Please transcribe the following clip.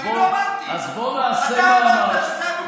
אז בוא, אני לא אמרתי, אתה אמרת את שתי הדוגמאות.